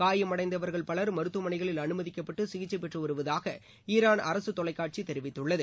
காயமடைந்தவர்கள் பலர் மருத்துவமனைகளில் அனுமதிக்கப்பட்டு சகிச்சை பெற்று வருவதாக ஈரான் அரசு தொலைக்காட்சி தெரிவித்துள்ளது